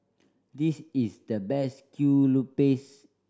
this is the best kue lupis